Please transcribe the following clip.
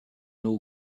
all